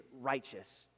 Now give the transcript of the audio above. righteous